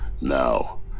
Now